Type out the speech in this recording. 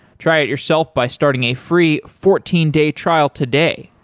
try it yourself by starting a free fourteen day trial today.